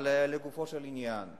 לגופו של עניין,